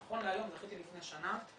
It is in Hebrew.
נכון להיום זכיתי לפני שנה,